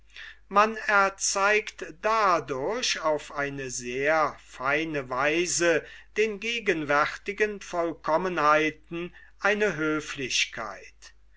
man erzeigt dadurch auf eine sehr feine weise den gegenwärtigen vollkommenheiten eine höflichkeit